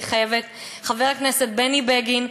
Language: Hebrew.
חבר הכנסת בני בגין,